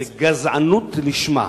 זו גזענות לשמה,